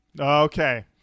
Okay